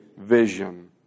vision